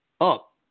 up